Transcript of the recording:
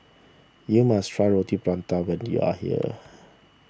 you must try Roti Prata when you are here